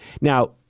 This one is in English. Now